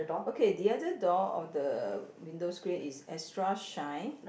okay the other door of the window screen is extra shine